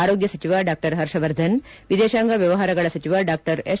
ಆರೋಗ್ಲ ಸಚಿವ ಡಾ ಹರ್ಷವರ್ಧನ್ ವಿದೇಶಾಂಗ ವ್ಯವಹಾರಗಳ ಸಚಿವ ಡಾ ಎಸ್